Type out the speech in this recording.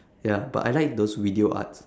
ya but I like those video arts